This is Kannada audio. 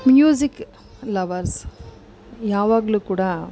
ಮ್ಯೂಸಿಕ್ ಲವರ್ಸ್ ಯಾವಾಗಲೂ ಕೂಡ